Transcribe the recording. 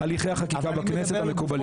על הליכי החקיקה בכנסת המקובלים.